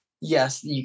yes